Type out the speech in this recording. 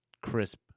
crisp